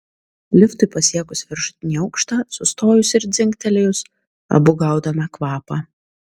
liftui pasiekus viršutinį aukštą sustojus ir dzingtelėjus abu gaudome kvapą